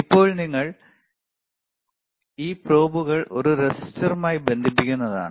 ഇപ്പോൾ നിങ്ങൾ ഈ പ്രോബുകൾ ഒരു റെസിസ്റ്ററുമായി ബന്ധിപ്പിക്കുന്നതാണ്